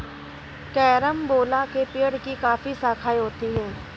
carambola के पेड़ की काफी शाखाएं होती है